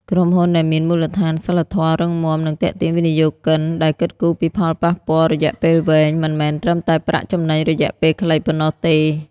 ក្រុមហ៊ុនដែលមានមូលដ្ឋានសីលធម៌រឹងមាំ នឹងទាក់ទាញវិនិយោគិនដែលគិតគូរពីផលប៉ះពាល់រយៈពេលវែង មិនមែនត្រឹមតែប្រាក់ចំណេញរយៈពេលខ្លីប៉ុណ្ណោះទេ។